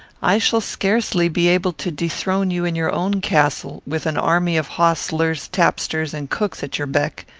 i shall scarcely be able to dethrone you in your own castle, with an army of hostlers, tapsters, and cooks at your beck.